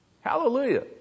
Hallelujah